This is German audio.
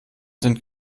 sind